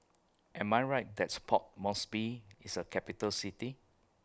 Am I Right that's Port Moresby IS A Capital City